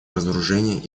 разоружения